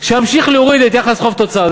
שימשיך להוריד את יחס חוב תוצר.